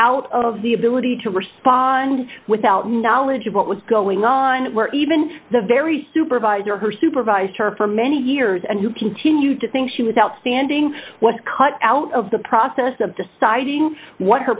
out of the ability to respond without knowledge of what was going on even the very supervisor who supervised her for many years and who continued to think she was outstanding was cut out of the process of deciding what her